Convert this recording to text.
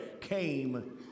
came